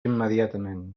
immediatament